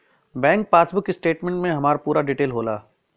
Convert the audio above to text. bank passbook statement में हमार पूरा डिटेल होला